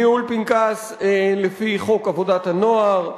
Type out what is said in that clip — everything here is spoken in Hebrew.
ניהול פנקס לפי חוק עבודת הנוער,